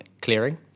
Clearing